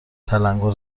تلنگور